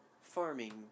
farming